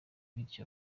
bityo